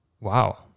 wow